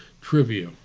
trivia